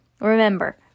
Remember